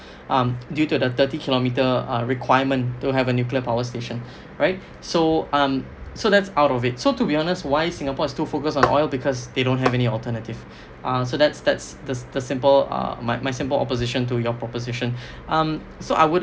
uh due to the thirty kilometre um requirement to have a nuclear power station right so um so that's out of it so to be honest why singapore is too focused on oil because they don't have any alternative uh so that's that's the the simple ah my my simple opposition to your proposition um so I would